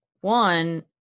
one